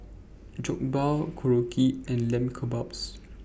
Jokbal Korokke and Lamb Kebabs